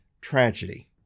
tragedy